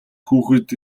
хүүхэд